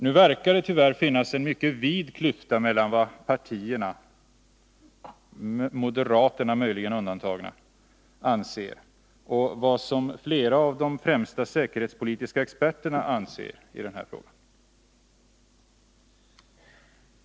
Nu verkar det tyvärr finnas en mycket vid klyfta mellan det partierna — moderaterna möjligen undantagna — anser och det flera av de främsta säkerhetspolitiska experterna anser i den här frågan.